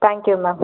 thank you ma'am